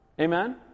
Amen